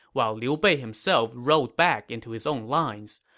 while liu bei himself rode back into his own lines.